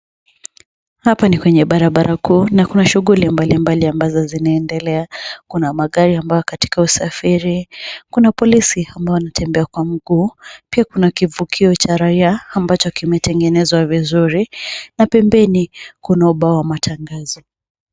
Hapa ni kwenye barabara kuu na shughuli mbali mbali ambazo zinaendelea. Kuna magari ambayo yako katika usafiri, kuna polisi ambao wanatembea kwa mguu, pia kuna kivukio cha raia ambacho kimetengenezwa vizuri na pembeni kuna ubao wa matangazo.